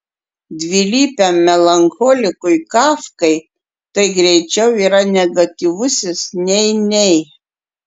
dvilypiam melancholikui kafkai tai greičiau yra negatyvusis nei nei